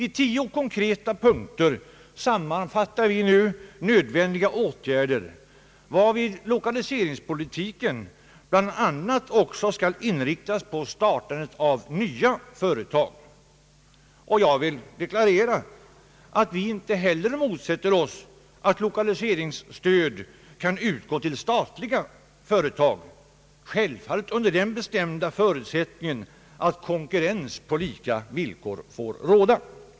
I tio konkreta punkter sammanfattar vi nu nödvändiga åtgärder, varvid lokaliseringspolitiken bl.a. också skall inriktas på startandet av nya företag. Jag vill deklare ra att vi inte heller motsätter oss att lokaliseringsstöd får utgå till statliga företag, självfallet under den bestämda förutsättningen att konkurrens på lika villkor får råda.